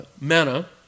manna